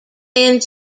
bend